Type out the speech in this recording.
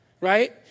Right